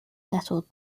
settled